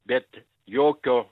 bet jokio